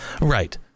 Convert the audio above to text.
Right